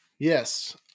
Yes